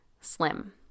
slim